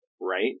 right